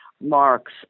marks